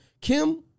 Kim